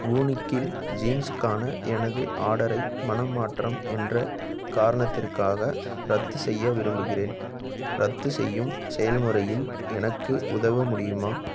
வூனிக்கில் ஜீன்ஸுக்கான எனது ஆடரை மனம் மாற்றம் என்ற காரணத்திற்காக ரத்து செய்ய விரும்புகிறேன் ரத்து செய்யும் செயல்முறையில் எனக்கு உதவ முடியுமா